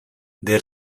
their